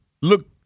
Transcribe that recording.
look